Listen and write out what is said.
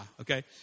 okay